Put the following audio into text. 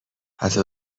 حتی